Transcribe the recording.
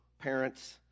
parents